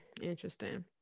Interesting